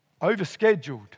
overscheduled